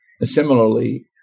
Similarly